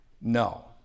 no